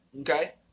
Okay